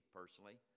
personally